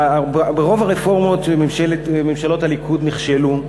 רוב הרפורמות של ממשלות הליכוד נכשלו,